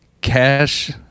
cash